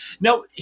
Now